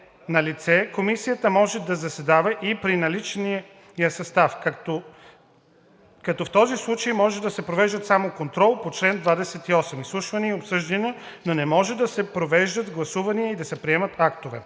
комисията може да заседава и при наличния състав, като в този случай може да се провеждат само контрол по чл. 28, изслушвания и обсъждания, но не може да се провеждат гласувания и да се приемат актове.